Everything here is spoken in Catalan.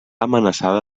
amenaçada